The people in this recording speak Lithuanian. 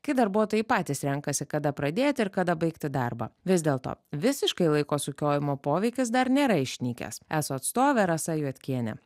kai darbuotojai patys renkasi kada pradėti ir kada baigti darbą vis dėlto visiškai laiko sukiojimo poveikis dar nėra išnykęs eso atstovė rasa juodkienė